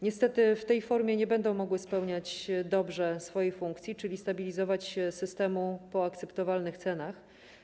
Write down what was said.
Niestety w tej formie nie będą mogły spełniać dobrze swojej funkcji, czyli stabilizować systemu po akceptowalnych cenach.